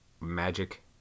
magic